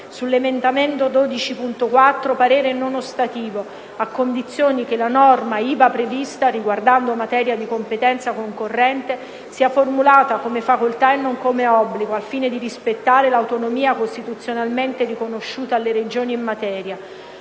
sull'emendamento 12.4 parere non ostativo, a condizione che la norma ivi prevista, riguardando materia di competenza concorrente, sia formulata come facoltà e non come obbligo, al fine di rispettare l'autonomia costituzionalmente riconosciuta alle Regioni in materia;